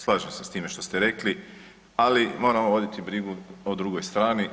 Slažem se s time što ste rekli, ali, moramo voditi brigu o drugoj strani.